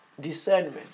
Discernment